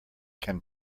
can